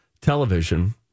television